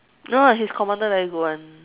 no ah his commander very good [one]